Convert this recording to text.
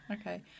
Okay